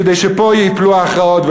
כדי שפה ייפלו ההכרעות,